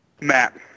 Matt